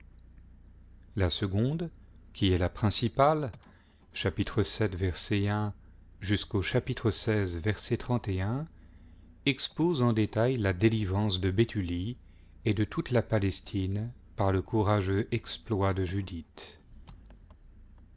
la seconde qui est la principale xvi expose en détail la délivrance de béthulie et de toute la palestine par le courageux exploit de judith